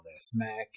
smack